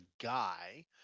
guy